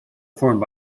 formed